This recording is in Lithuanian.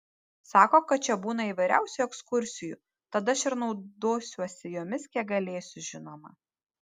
sako kad čia būna įvairiausių ekskursijų tad aš ir naudosiuosi jomis kiek galėsiu žinoma